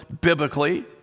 biblically